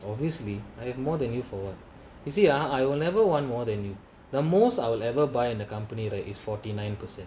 obviously I have more than you for what you see ah I will never want more than you the most I will ever buy in our company right is forty nine percent